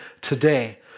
today